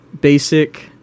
basic